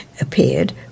appeared